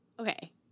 Okay